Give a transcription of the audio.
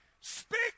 Speak